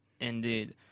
Indeed